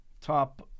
top